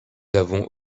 n’avons